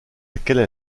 laquelle